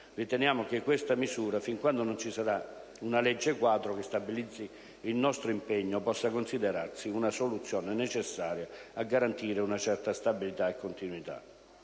Riteniamo che questa misura, fin quando non ci sarà una legge quadro che stabilizzi il nostro impegno, possa considerarsi una soluzione necessaria a garantire una certa stabilità e continuità.